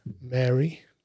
Mary